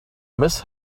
miss